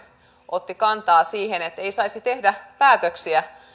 otti kantaa siihen että ei saisi tehdä päätöksiä